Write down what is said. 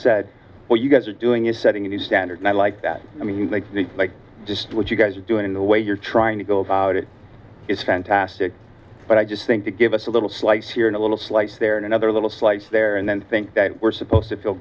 said what you guys are doing is setting a new standard and i like that i mean just what you guys are doing in the way you're trying to go about it is fantastic but i just think that give us a little slice here and a little slice there and another little slice there and then think that we're supposed to feel